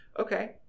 Okay